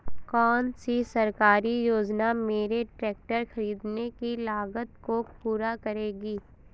कौन सी सरकारी योजना मेरे ट्रैक्टर ख़रीदने की लागत को पूरा करेगी?